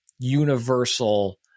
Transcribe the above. universal